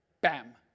bam